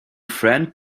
friend